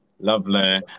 Lovely